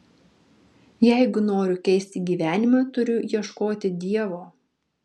jeigu noriu keisti gyvenimą turiu ieškoti dievo